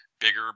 bigger